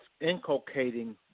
inculcating